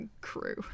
crew